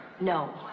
No